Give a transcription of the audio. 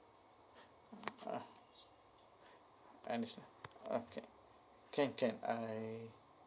ah understood okay can can I